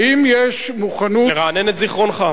האם יש מוכנות, לרענן את זיכרונך.